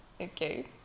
okay